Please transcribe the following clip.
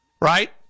right